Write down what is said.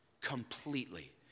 Completely